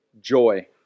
Joy